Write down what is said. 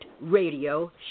radio